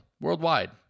worldwide